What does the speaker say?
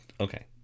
Okay